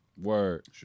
Word